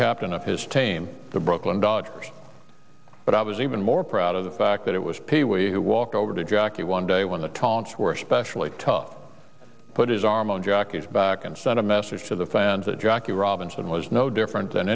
captain of his team the brooklyn dodgers but i was even more proud of the fact that it was pee wee who walked over to jackie one day when the taunts were especially tough put his arm on jack is back and sent a message to the fans that jackie robinson was no different than